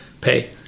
pay